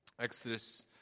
Exodus